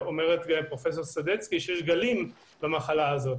גם אומרת פרופ' סדצקי שיש גלים במחלה הזאת,